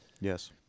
Yes